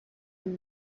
und